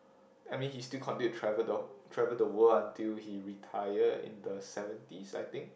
I mean he still continued to travel the travel the world until he retire in the seventies I think